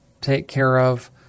take-care-of